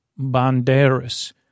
Banderas